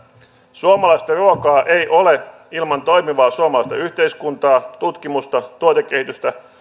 suomalaista ruokaa ei ole ilman toimivaa suomalaista yhteiskuntaa tutkimusta tuotekehitystä